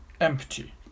empty